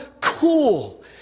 cool